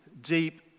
deep